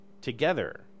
together